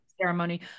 ceremony